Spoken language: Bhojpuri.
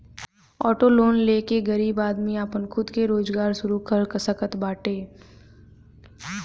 ऑटो लोन ले के गरीब आदमी आपन खुद के रोजगार शुरू कर सकत बाटे